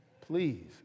please